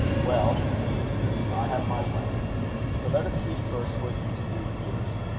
well, he answered, i have my plans but let us see first what you can do with yours.